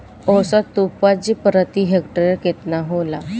औसत उपज प्रति हेक्टेयर केतना होला?